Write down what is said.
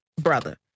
brother